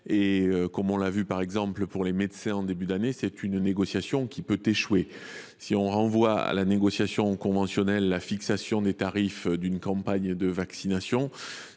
Et, comme on l’a vu, par exemple, pour les médecins en début d’année, cette négociation peut échouer. Si l’on renvoie à la négociation conventionnelle la fixation des tarifs d’une campagne de vaccination,